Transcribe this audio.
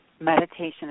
Meditation